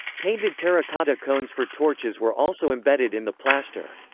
painted terracotta cones for torches were also embedded in the plaster.